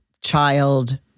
child